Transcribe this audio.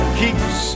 keeps